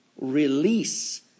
release